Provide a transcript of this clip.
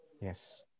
Yes